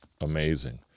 amazing